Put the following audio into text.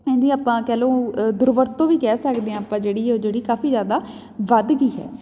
ਇਹਦੀ ਆਪਾਂ ਕਹਿ ਲਉ ਦੁਰਵਰਤੋਂ ਵੀ ਕਹਿ ਸਕਦੇ ਹਾਂ ਆਪਾਂ ਜਿਹੜੀ ਉਹ ਜਿਹੜੀ ਕਾਫ਼ੀ ਜ਼ਿਆਦਾ ਵੱਧ ਗਈ ਹੈ